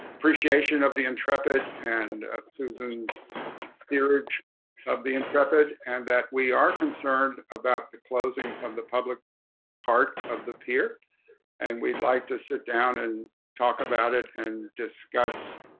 appreciation of the intrepid and susan's theory of the intrepid and that we are concerned about the closing of the public part of the pier and we'd like to sit down and talk about it and discuss